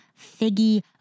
figgy